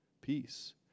peace